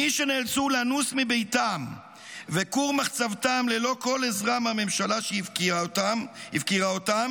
מי שנאלצו לנוס מביתם וכור מחצבתם ללא כל עזרה מהממשלה שהפקירה אותם?